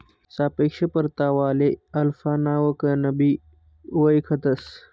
सापेक्ष परतावाले अल्फा नावकनबी वयखतंस